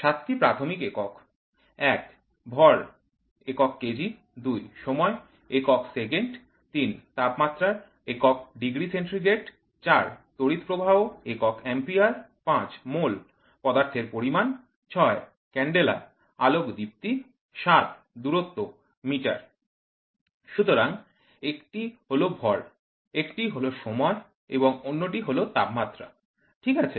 সাতটি প্রাথমিক একক ১ ভর কেজি ২ সময় সেকেন্ড ৩ তাপমাত্রা ℃ ৪ তড়িৎ প্রবাহ Amp ৫ মোল পদার্থের পরিমাণ ৬ ক্যান্ডেলা আলোক দীপ্তি ৭ দূরত্ব মিটার সুতরাং একটি হল ভর একটি হল সময় এবং অন্যটি হল তাপমাত্রা ঠিক আছে